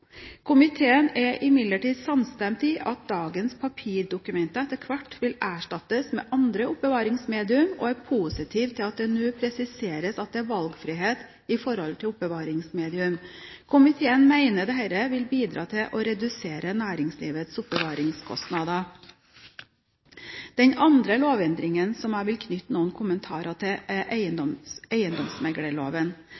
Komiteen er imidlertid samstemt i at dagens papirdokumenter etter hvert vil erstattes med andre oppbevaringsmedium, og er positiv til at det nå presiseres at det er valgfrihet i forhold til oppbevaringsmedium. Komiteen mener dette vil bidra til å redusere næringslivets oppbevaringskostnader. Den andre lovendringen jeg vil knytte noen kommentarer til,